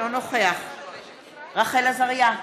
אינו נוכח רחל עזריה,